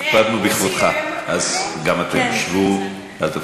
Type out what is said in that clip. הקפדנו בכבודך, אז גם אתם, שבו, אל תפריעו.